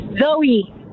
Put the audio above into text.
Zoe